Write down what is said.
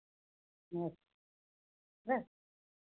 नमस्ते